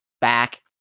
back